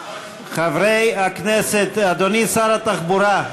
חברי הכנסת, אי-אפשר לשמוע את מזכירת הכנסת.